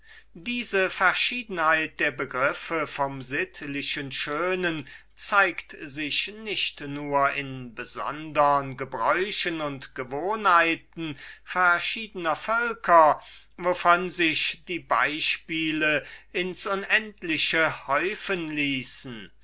diese verschiedenheit der begriffe vom sittlichen schönen zeigt sich nicht nur in besondern gebräuchen und gewohnheiten verschiedner völker wovon sich die beispiele ins unendliche häufen ließen